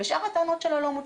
ושאר הטענות שלו לא מוצדקות.